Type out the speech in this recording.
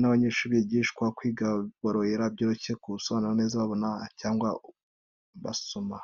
n’abanyeshuri kwigisha no kwiga biborohera, kuko biba byoroshye kubasobanurira ibyo babona cyangwa basoma.